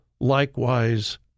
likewise